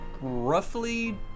roughly